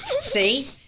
See